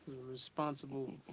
responsible